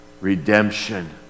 Redemption